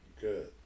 good